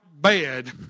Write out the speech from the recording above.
bed